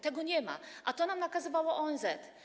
Tego nie ma, a to nam nakazywało ONZ.